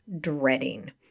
dreading